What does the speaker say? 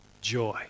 joy